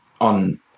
on